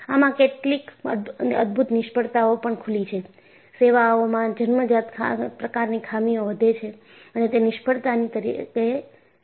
આમાં કેટલીક અદભૂત નિષ્ફળતાઓ પણ ખુલી છે સેવાઓમાં જન્મજાત પ્રકારની ખામીઓ વધે છે અને તે નિષ્ફળતાની તરફ લઈ જાય છે